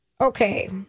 Okay